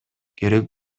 керек